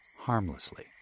harmlessly